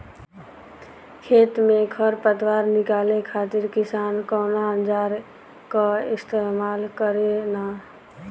खेत में से खर पतवार निकाले खातिर किसान कउना औजार क इस्तेमाल करे न?